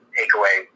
takeaway